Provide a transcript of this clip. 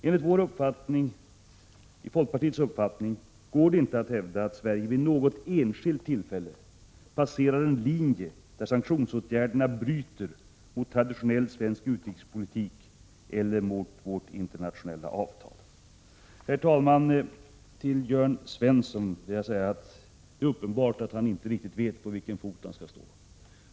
Enligt folkpartiets uppfattning går det inte att hävda att Sverige vid något enskilt tillfälle har passerat en linje där sanktionsåtgärderna har brutit mot traditionell svensk utrikespolitik eller mot internationella avtal. Herr talman! Jörn Svensson har uppenbarligen svårt att bestämma sig för på vilken fot han skall stå.